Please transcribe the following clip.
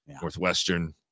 Northwestern